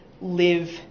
live